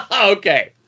okay